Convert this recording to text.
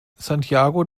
santiago